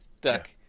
duck